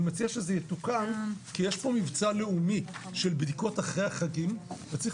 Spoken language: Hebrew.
אני מציע שזה יתוקן כי יש כאן מבצע לאומי של בדיקות אחרי החגים וצריך